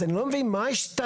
אז אני לא מבין מה השתנה,